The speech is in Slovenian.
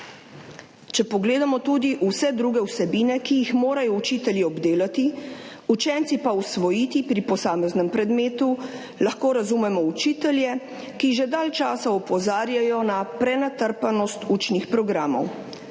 Če pogledamo tudi vse druge vsebine, ki jih morajo učitelji obdelati, učenci pa usvojiti pri posameznem predmetu, lahko razumemo učitelje, ki že dalj časa opozarjajo na prenatrpanost učnih programov,